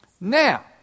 now